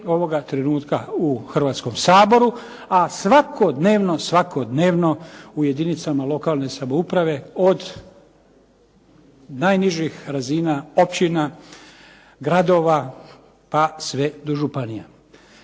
ovoga trenutka u Hrvatskom saboru a svakodnevno, svakodnevno u jedinicama lokalne samouprave od najnižih razina općina, gradova, pa sve do županija.